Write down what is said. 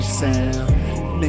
sound